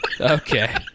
Okay